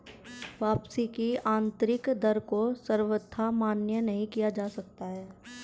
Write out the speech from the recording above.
वापसी की आन्तरिक दर को सर्वथा मान्य नहीं किया जा सकता है